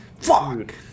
Fuck